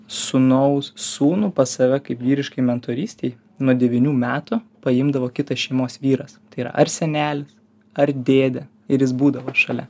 sūnaus sūnų pas save kaip vyriškai mentorystei nuo devynių metų paimdavo kitas šeimos vyras tai yra ar senelis ar dėdė ir jis būdavo šalia